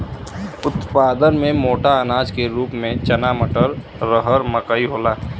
उत्पादन में मोटा अनाज के रूप में चना मटर, रहर मकई होला